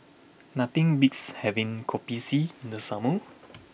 nothing beats having Kopi C in the Summer